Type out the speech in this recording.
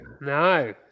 no